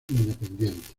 independientes